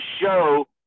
show